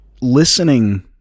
Listening